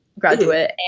graduate